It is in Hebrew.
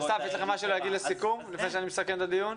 אסף, יש לך משהו להגיד לפני שאני מסכם את הדיון?